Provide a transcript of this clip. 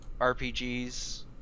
RPGs